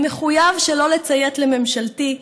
אני מחויב שלא לציית לממשלתי,